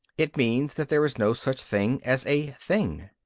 it means that there is no such thing as a thing.